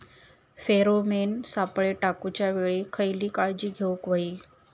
Pheromone सापळे टाकूच्या वेळी खयली काळजी घेवूक व्हयी?